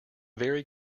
very